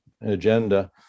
agenda